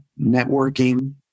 networking